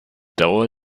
dauer